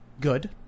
good